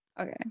okay